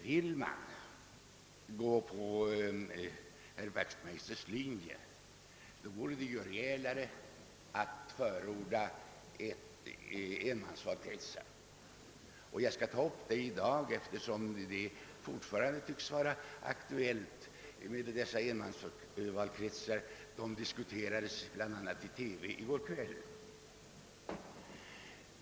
Vill man följa herr Wachtmeisters linje, vore det rejälare att förorda enmansvalkretsar. Jag skall ta upp den frågan i dag, eftersom den fortfarande tycks vara aktuell — den diskuterades bl.a. i TV i går kväll.